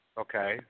Okay